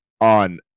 on